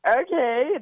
Okay